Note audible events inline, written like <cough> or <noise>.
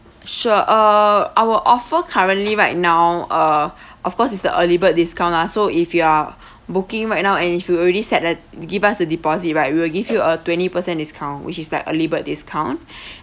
sure uh our offer currently right now uh of course is the early bird discount lah so if you are booking right now and if you already set the give us the deposit right we will give you a twenty percent discount which is like early bird discount <breath>